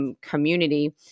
community